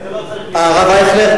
הרב אייכלר,